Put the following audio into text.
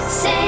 Say